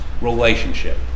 relationship